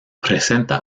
presenta